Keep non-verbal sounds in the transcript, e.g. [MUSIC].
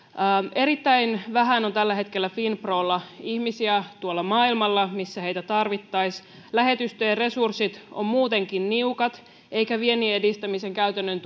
erittäin vähän on tällä hetkellä finprolla ihmisiä tuolla maailmalla missä heitä tarvittaisiin lähetystöjen resurssit ovat muutenkin niukat eikä viennin edistämisen käytännön [UNINTELLIGIBLE]